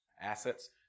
Assets